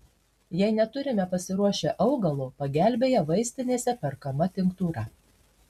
jei neturime pasiruošę augalo pagelbėja vaistinėse perkama tinktūra